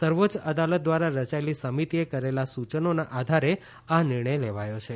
સર્વોચ્ય અદાલત દ્વારા રચાયેલી સમિતિએ કરેલા સુચનોના આધારે આ નિર્ણય લેવાયો છે